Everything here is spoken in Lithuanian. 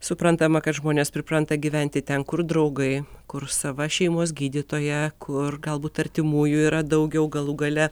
suprantama kad žmonės pripranta gyventi ten kur draugai kur sava šeimos gydytoja kur galbūt artimųjų yra daugiau galų gale